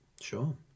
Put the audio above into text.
sure